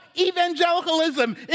evangelicalism